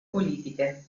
politiche